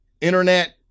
internet